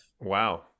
wow